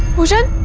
bhushan!